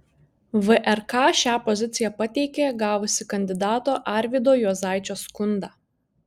vrk šią poziciją pateikė gavusi kandidato arvydo juozaičio skundą